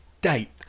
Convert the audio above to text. date